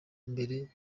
mbere